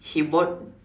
he bought